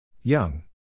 Young